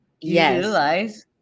Yes